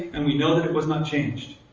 and we know that it was not changed.